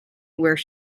where